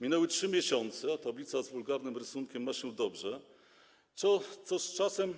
Minęły 3 miesiące, a tablica z wulgarnym rysunkiem ma się dobrze, co z czasem